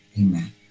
Amen